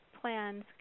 plans